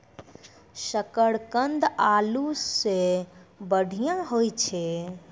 शकरकंद आलू सें बढ़िया होय छै